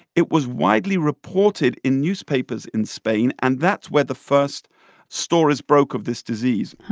it was widely reported in newspapers in spain, and that's where the first stories broke of this disease.